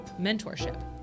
mentorship